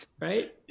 Right